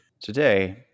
Today